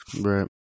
Right